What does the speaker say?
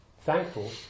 thankful